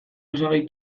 osagai